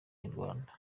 inyarwanda